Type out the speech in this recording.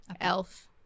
Elf